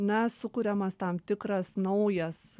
na sukuriamas tam tikras naujas